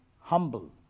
humble